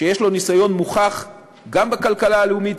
שיש לו ניסיון מוכח גם בכלכלה הלאומית,